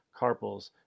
carpals